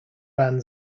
van